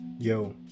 Yo